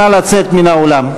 נא לצאת מן האולם.